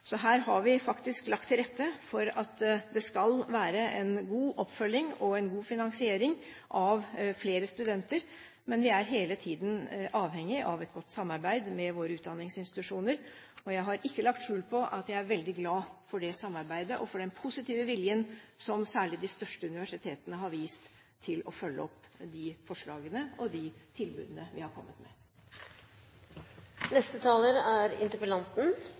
Her har vi faktisk lagt til rette for at det skal være en god oppfølging og en god finansiering av flere studenter, men vi er hele tiden avhengig av et godt samarbeid med våre utdanningsinstitusjoner. Jeg har ikke lagt skjul på at jeg er veldig glad for det samarbeidet og den positive viljen som særlig de største universitetene har vist til å følge opp de forslagene og de tilbudene vi har kommet